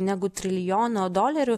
negu trilijono dolerių